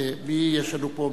מי יש לנו פה?